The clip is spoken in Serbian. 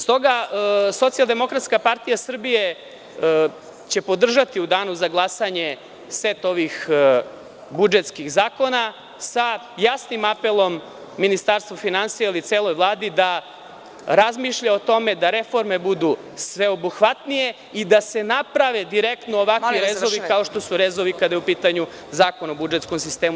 S toga SDPS će podržati u danu za glasanje set ovih budžetskih zakona sa jasnim apelom Ministarstvu finansija i celoj Vladi da razmišlja o tome da reforme budu sveobuhvatnije i da se naprave direktno ovakvi rezovi kao što su rezovi kada je u pitanju Zakon o budžetskom sistemu.